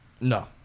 No